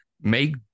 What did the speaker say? make